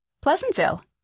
Pleasantville